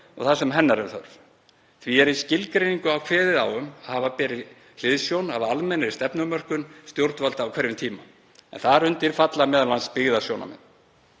og þar sem hennar er þörf. Því er í skilgreiningu kveðið á um að hafa beri hliðsjón af almennri stefnumörkun stjórnvalda á hverjum tíma, en þar undir falla m.a. byggðasjónarmið.